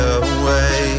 away